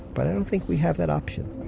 but i don't think we have that option.